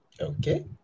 Okay